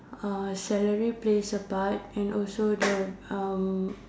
uh salary plays a part and also the um